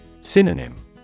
Synonym